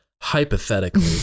hypothetically